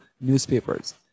newspapers